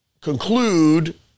conclude